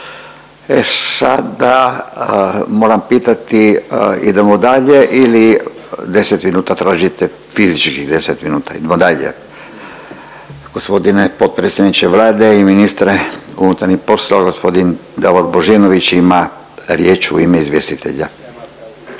I sada moram pitati idemo dalje ili 10 minuta tražite, fizičkih 10 minuta? Idemo dalje, Gospodine potpredsjedniče Vlade i ministre unutarnjih poslova g. Davor Božinović ima riječ u ime izvjestitelja.